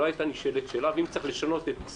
נאמר לי שכן הייתה הודעה, אז אני מתקן וחוזר בי.